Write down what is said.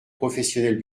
professionnels